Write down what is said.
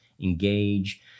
engage